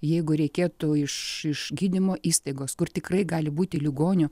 jeigu reikėtų iš iš gydymo įstaigos kur tikrai gali būti ligonių